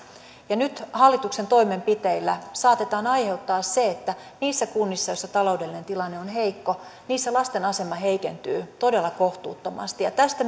ja nyt hallituksen toimenpiteillä saatetaan aiheuttaa se että niissä kunnissa joissa taloudellinen tilanne on heikko lasten asema heikentyy todella kohtuuttomasti tästä